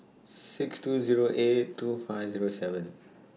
six two Zero eight two five Zero seven